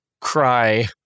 cry